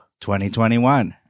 2021